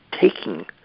taking